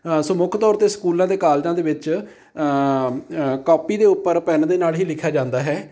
ਸੋ ਮੁੱਖ ਤੌਰ 'ਤੇ ਸਕੂਲਾਂ ਅਤੇ ਕਾਲਜਾਂ ਦੇ ਵਿੱਚ ਕਾਪੀ ਦੇ ਉੱਪਰ ਪੈੱਨ ਦੇ ਨਾਲ ਹੀ ਲਿਖਿਆ ਜਾਂਦਾ ਹੈ